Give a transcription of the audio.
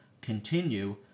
continue